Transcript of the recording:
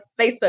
Facebook